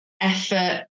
effort